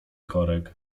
korek